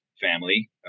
family